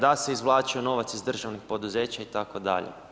Da se izvlačio novac iz državnih poduzeća itd.